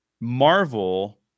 Marvel